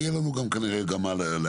יהיה לנו גם כנראה מה להעיר,